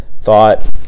thought